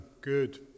good